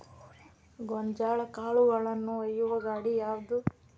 ಗೋಂಜಾಳ ಕಾಳುಗಳನ್ನು ಒಯ್ಯುವ ಗಾಡಿ ಯಾವದು?